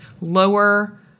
lower